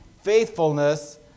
faithfulness